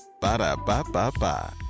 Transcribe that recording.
Ba-da-ba-ba-ba